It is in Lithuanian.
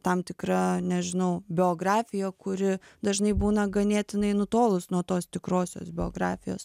tam tikra nežinau biografija kuri dažnai būna ganėtinai nutolus nuo tos tikrosios biografijos